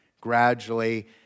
gradually